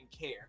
care